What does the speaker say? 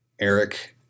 Eric